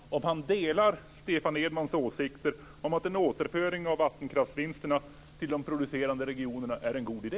Stefan Edmans åsikter om att en återföring av vattenkraftsvinsterna till de producerande regionerna är en god idé.